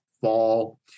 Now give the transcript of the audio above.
fall